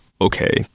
okay